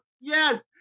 Yes